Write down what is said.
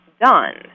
done